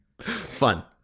Fun